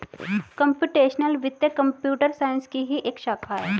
computational वित्त computer science की ही एक शाखा है